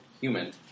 human